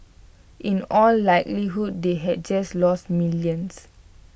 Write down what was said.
in all likelihood they had just lost millions